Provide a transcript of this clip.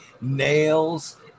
nails